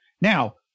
Now